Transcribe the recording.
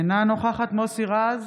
אינה נוכחת מוסי רז,